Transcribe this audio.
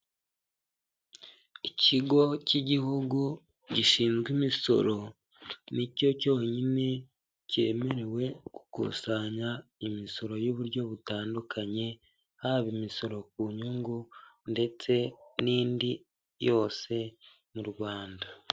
Ikigo cy'igihugu gishinzwe imisoro ni cyo cyonyine cyemerewe gukusanya imisoro y'uburyo butandukanye, haba imisoro ku nyungu ndetse n'indi yose mu Rwanda.